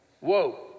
Whoa